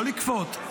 לא לכפות,